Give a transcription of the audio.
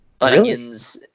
onions